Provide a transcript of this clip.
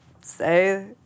say